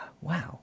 wow